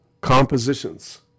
Compositions